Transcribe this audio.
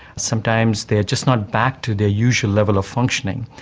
sometimes they are just not back to their usual level of functioning.